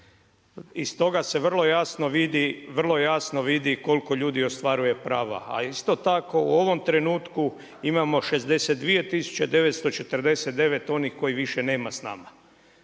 Iz toga se vrlo jasno vidi koliko ljudi ostvaruje prava a isto tako u ovom trenutku imamo 62 949 onih koje više nema s nama.